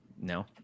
No